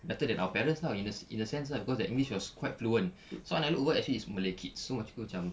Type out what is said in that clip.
better than our parents lah in a in a sense lah cause their english was quite fluent so when I look over it's actually malay kids so aku macam